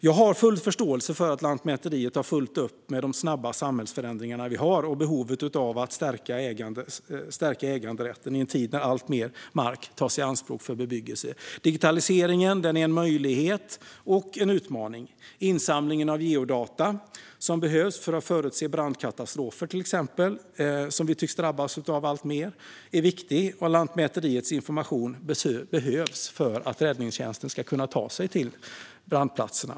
Jag har full förståelse för att Lantmäteriet har fullt upp med de snabba samhällsförändringar vi har och behovet av att stärka äganderätten i en tid när alltmer mark tas i anspråk för bebyggelse. Digitaliseringen är en möjlighet och en utmaning. Insamlingen av geodata som behövs för att förutse brandkatastrofer, som vi tycks drabbas av alltmer, är viktig, och Lantmäteriets information behövs för att räddningstjänsten ska kunna ta sig till brandplatserna.